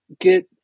get